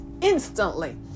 instantly